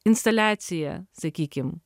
instaliacija sakykim